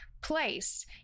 Place